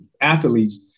athletes